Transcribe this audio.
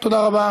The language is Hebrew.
תודה רבה.